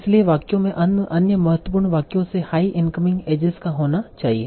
इसलिए वाक्यों में अन्य महत्वपूर्ण वाक्यों से हाई इनकमिंग एजेस का होना चाहिए